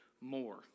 more